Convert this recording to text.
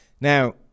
Now